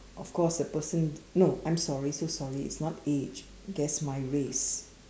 of course the person no I'm sorry so sorry it's not age guess my race